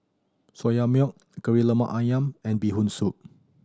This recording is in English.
Soya Milk Kari Lemak Ayam and Bee Hoon Soup